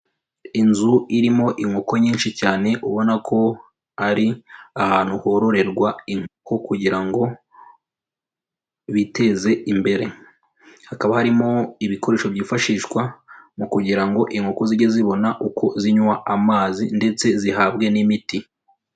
Inzu irimo inkoko nyinshi cyane ubona ko ari ahantu hororerwa inkoko kugira ngo biteze imbere, hakaba harimo ibikoresho byifashishwa mu kugira ngo inkoko zijye zibone uko zinywa amazi ndetse zihabwe n'imiti.